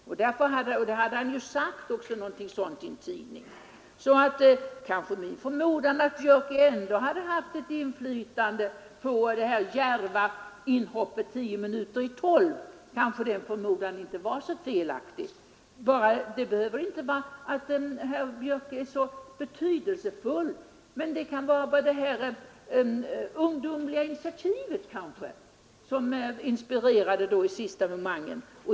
Någonting sådant har han ju också sagt till en tidning. Kanske min förmodan inte var så felaktig om att herr Björck haft ett inflytande på det djärva avhopp som moderaterna gjorde 10 minuter i 12. Det kanske inte beror på att herr Björck är så betydelsefull, men det ungdomliga initiativet inspirerade kanske och verkade i sista momangen.